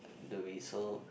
to be so